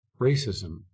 racism